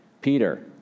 Peter